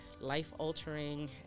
life-altering